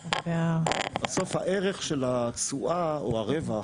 בסוף הערך של התשואה או הרווח,